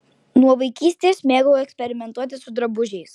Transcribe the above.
nuo vaikystės mėgau eksperimentuoti su drabužiais